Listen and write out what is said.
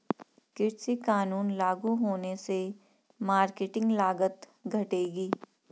कृषि कानून लागू होने से मार्केटिंग लागत घटेगी